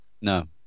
no